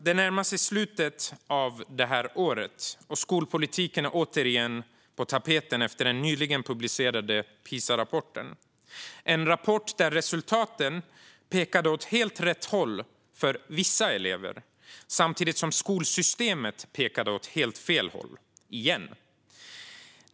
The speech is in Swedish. Det närmar sig slutet av detta år, och skolpolitiken är återigen på tapeten efter den nyligen publicerade PISA-rapporten. Det är en rapport där resultaten pekar åt helt rätt håll för vissa elever samtidigt som skolsystemet pekar åt helt fel håll - igen.